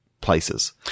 places